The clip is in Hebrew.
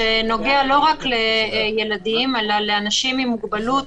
שנוגע לא רק לילדים, אלא לאנשים עם מוגבלות.